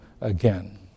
again